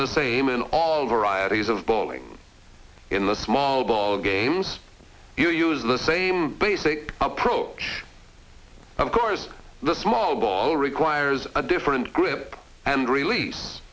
the same in all varieties of bowling in the small ball games you use the same basic approach of course the small ball requires a different grip and release